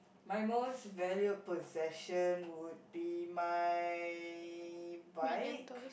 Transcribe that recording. my most valued possession would be my bike